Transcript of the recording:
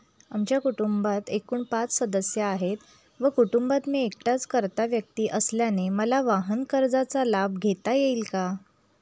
आमच्या कुटुंबात एकूण पाच सदस्य आहेत व कुटुंबात मी एकटाच कर्ता व्यक्ती असल्याने मला वाहनकर्जाचा लाभ घेता येईल का?